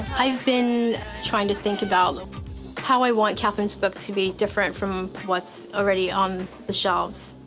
i've been trying to think about how i want kathryn's book to be different from what's already on the shelves.